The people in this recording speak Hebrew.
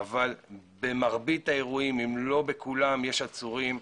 אבל במרבית האירועים אם לא בכולם יש עצורים,